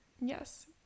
yes